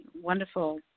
wonderful